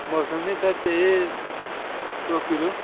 मौसंबी sir चाहिए दो kilo